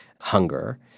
hunger